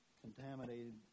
contaminated